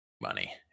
money